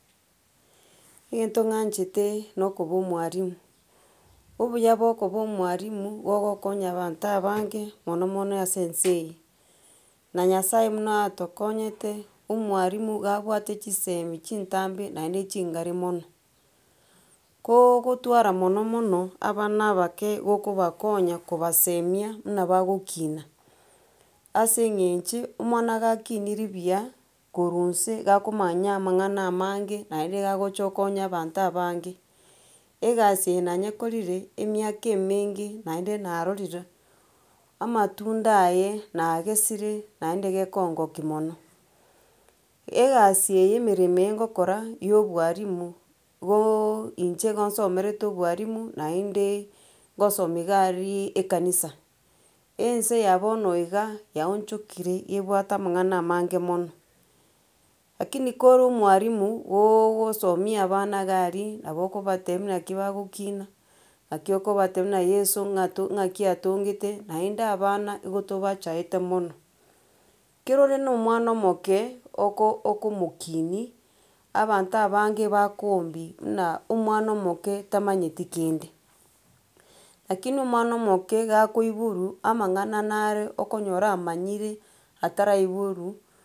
Egento ng'anchete nokoba omwalimu, obuya bwokoba omwalimu, gogokonya abanto abange mono mono ase ense eye. Na nyasaye buna atokonyete omwalimu iga abwate chisemi chintambe naende chingare mono, kooo gotwara mono mono abana abake gokobakonya kobasemia buna bagokina, ase eng'enche omwana ga kinirie buya korwa nse, gakomanya amang'ana amange naenda iga ogocha okonya abanto abange. Egasi eye nanyekorire emiaka emenge naende narorire amatunda aye nagesire naende gekongoki mono. Egasi eye emeremo eye ngokora ya obwalimu boooo inche igo nsomerete obwalimu naende ngosomia iga aria ekanisa. Ense ya bono iga yaonchokire ebwate amang'ana amange mono, lakini kore omwalimu ooogosomia abana iga aria nabo okobatebi naki bagokina, naki okobatebi na yeso ng'a ato naki atongete, naende abana igo tobachaete mono, kero ore na mwana omoke oko okomokinia, abanto abange bakoombia muna omwana omoke tamanyeti kende, lakini omwana omoke iga akoiborwa amang'ana nare okonyora amanyire ataraiborwa.